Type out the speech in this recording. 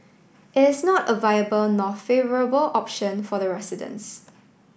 it is not a viable nor favourable option for the residents